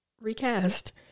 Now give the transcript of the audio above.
recast